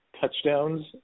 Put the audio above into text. touchdowns